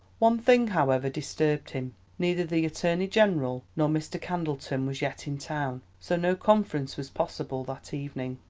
one thing, however, disturbed him neither the attorney-general nor mr. candleton was yet in town, so no conference was possible that evening.